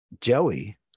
joey